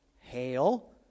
hail